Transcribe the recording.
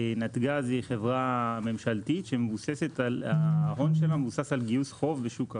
נתג"ז היא חברה ממשלתית שההון שלה מבוסס על גיוס חוב בשוק ההון.